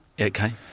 okay